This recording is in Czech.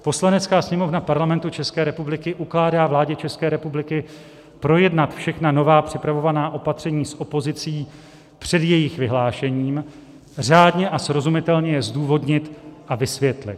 Poslanecká sněmovna Parlamentu České republiky ukládá vládě České republiky projednat všechna nová připravovaná opatření s opozicí před jejich vyhlášením, řádně a srozumitelně je zdůvodnit a vysvětlit.